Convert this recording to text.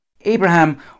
Abraham